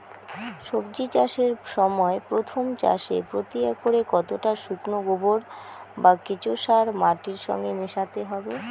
সবজি চাষের সময় প্রথম চাষে প্রতি একরে কতটা শুকনো গোবর বা কেঁচো সার মাটির সঙ্গে মেশাতে হবে?